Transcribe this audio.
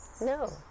No